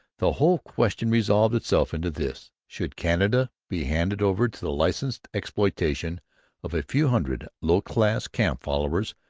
the whole question resolved itself into this should canada be handed over to the licensed exploitation of a few hundred low-class camp-followers,